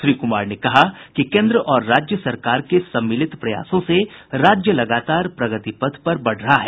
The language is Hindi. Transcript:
श्री कुमार ने कहा कि केन्द्र और राज्य सरकार के सम्मिलित प्रयासों से राज्य लगातार प्रगति पथ पर बढ़ रहा है